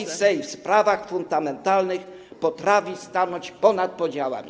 że polski Sejm w sprawach fundamentalnych potrafi stanąć ponad podziałami.